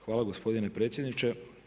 Hvala gospodine predsjedniče.